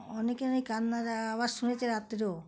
অনেকে না কি কান্নার আওয়াজ শুনেছে রাত্রেও